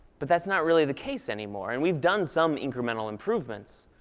but that's not really the case anymore. and we've done some incremental improvements,